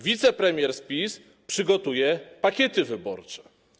Wicepremier z PiS przygotuje pakiety wyborcze.